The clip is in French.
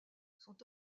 sont